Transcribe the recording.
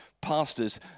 Pastors